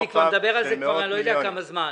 אני מדבר על זה כבר זמן רב.